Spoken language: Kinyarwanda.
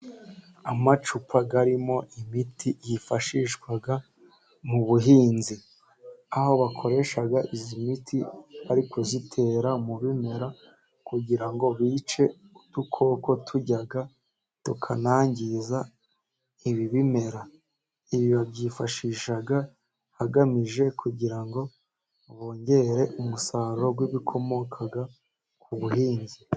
Amacupa arimo imiti yifashishwa mu buhinzi, aho bakoresha iyi miti bari kuyitera mu bimera, kugira ngo bice udukoko turya tukanangiza ibi bimera, ibi babyifashisha bagamije, kugira ngo bongere umusaruro w'ibikomoka ku buhinzi.